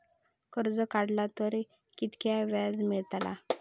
कर्ज काडला तर कीतक्या व्याज मेळतला?